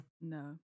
No